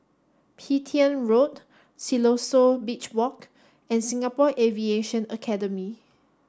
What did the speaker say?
Petain Road Siloso Beach Walk and Singapore Aviation Academy